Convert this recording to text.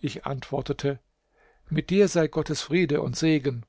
ich antwortete mit dir sei gottes friede und segen